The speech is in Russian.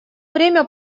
время